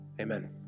Amen